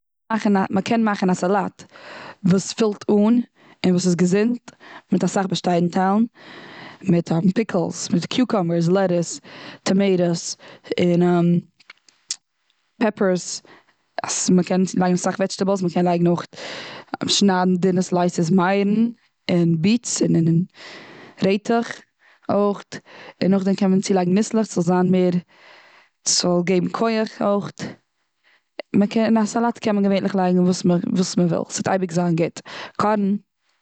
מאכן א, מ'קען מאכן א סאלאט וואס פילט אן, און וואס איז געזונט, מיט אסאך באשטאנדטיילן. מיט פיקלס, מיט קיוקאמבער, לעטעס, טאמעיטאס, און פעפערס, מ'קען לייגן אסאך וועדזשטעבעלס, מ'קען לייגן אויך, שניידן דינע סלייסעס מייערן, און ביעטס, און און רעיטעך, אויך און נאכדעם קען מען צולייגן ניסלעך ס'זאל זיין מער, ס'זאל געבן כח אויכעט. מ'קען אין א סאלאט קען מען געווענדליך לייגן וואס מ'- וואס מ'וויל ס'וועט אייביג זיין גוט, קארן.